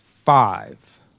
five